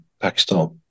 Pakistan